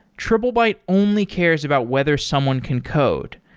triplebyte only cares about whether someone can code.